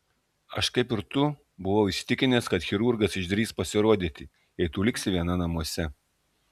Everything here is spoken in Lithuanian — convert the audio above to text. aš kaip ir tu buvau įsitikinęs kad chirurgas išdrįs pasirodyti jei tu liksi viena namuose